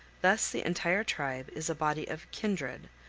thus the entire tribe is a body of kindred,